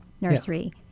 Nursery